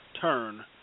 turn